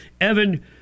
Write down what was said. Evan